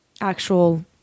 actual